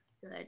Good